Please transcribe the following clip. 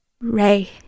Ray